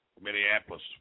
Minneapolis